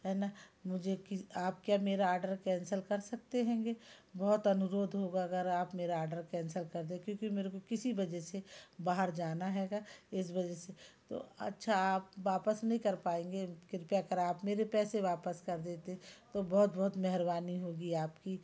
है ना मुझे कि आप क्या मेरा ऑर्डर कैंसल कर सकते हैंगा बहुत अनुरोध होगा अगर आप मेरा ऑर्डर कैंसल कर दें क्योंकि मेरे को किसी वजह से बहार जाना है इस वजह से तो अच्छा आप वापस नहीं कर पाएँगे कृपया कर आप मेरे पैसे वापस कर देते तो बहुत बहुत मेहरबानी होगी आपकी